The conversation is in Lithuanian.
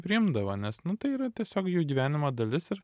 priimdavo nes nu tai yra tiesiog jų gyvenimo dalis ir